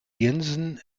jensen